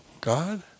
God